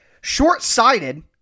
short-sighted